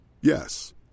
Yes